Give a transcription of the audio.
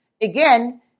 Again